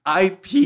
IP